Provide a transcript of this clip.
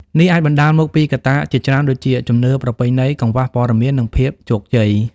នេះអាចបណ្តាលមកពីកត្តាជាច្រើនដូចជា ជំនឿប្រពៃណី កង្វះព័ត៌មាន និងភាពជោគជ័យ។